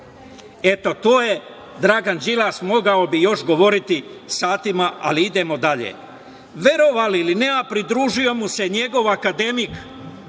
ništa. To je Dragan Đilas, a mogao bi još govoriti satima, ali idemo dalje. Verovali ili ne, a pridružuje mu se njegov akademik